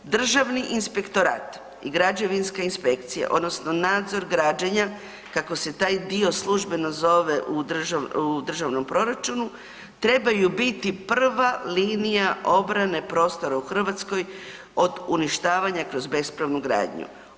Državni inspektorat i građevinska inspekcija, odnosno nadzor građenja, kako se taj dio službeno zove u državnom proračunu, trebaju biti prva linija obrane prostora u Hrvatskoj od uništavanja kroz bespravnu gradnju.